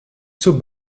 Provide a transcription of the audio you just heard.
zur